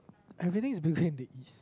everything is bigger in the East